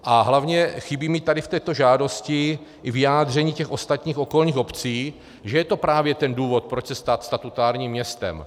A hlavně chybí mi v této žádosti i vyjádření těch ostatních okolních obcí, že je to právě ten důvod, proč se stát statutárním městem.